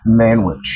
manwich